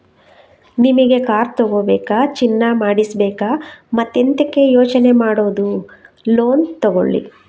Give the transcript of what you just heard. ನಿಮಿಗೆ ಕಾರ್ ತಗೋಬೇಕಾ, ಚಿನ್ನ ಮಾಡಿಸ್ಬೇಕಾ ಮತ್ತೆಂತಕೆ ಯೋಚನೆ ಮಾಡುದು ಲೋನ್ ತಗೊಳ್ಳಿ